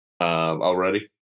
already